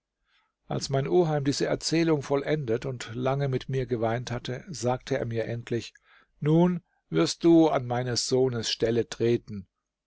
als mein oheim diese erzählung vollendet und lange mit mir geweint hatte sagte er mir endlich nun wirst du an meines sohnes stelle treten